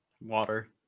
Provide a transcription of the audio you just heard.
Water